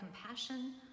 compassion